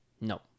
no